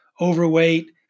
overweight